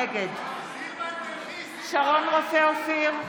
נגד שרון רופא אופיר,